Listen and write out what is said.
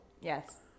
Yes